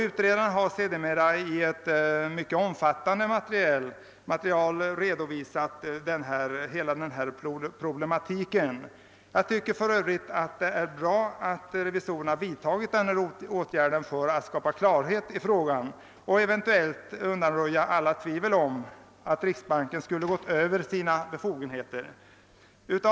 Utredaren har sedermera i ett mycket omfattande material redovisat hela denna problematik. Jag tycker för övrigt att det är bra att revisorerna vidtog denna åtgärd för att skapa klarhet i frågan och eventuellt undanröja varje misstanke om att riksbanken skulle ha överskridit sina befogenheter.